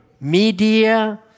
media